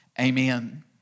Amen